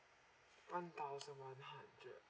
one thousand one hundred